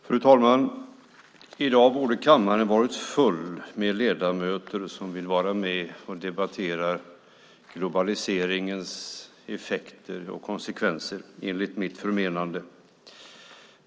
Fru talman! I dag borde kammaren ha varit full av ledamöter som vill vara med och debattera globaliseringens effekter och konsekvenser, enligt mitt förmenande.